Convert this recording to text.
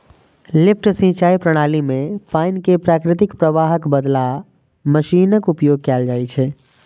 lift सिंचाइ प्रणाली मे पानि कें प्राकृतिक प्रवाहक बदला मशीनक उपयोग कैल जाइ छै